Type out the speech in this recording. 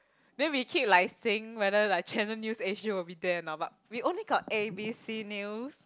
then we keep like saying whether like Channel News Asia will be there or not but we only got A_B_C news